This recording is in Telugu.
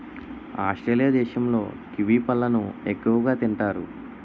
ఆస్ట్రేలియా దేశంలో కివి పళ్ళను ఎక్కువగా తింతారు